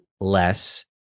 less